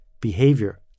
behavior